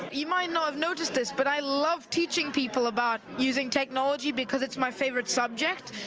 you might not have noticed this but i love teaching people about using technology because it's my favourite subject,